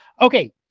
Okay